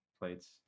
plates